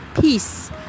peace